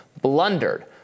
blundered